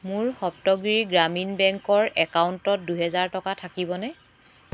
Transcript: মোৰ সপ্তগিৰি গ্ৰামীণ বেংকৰ একাউণ্টত দুহেজাৰ টকা থাকিবনে